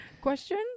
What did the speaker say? Question